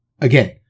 Again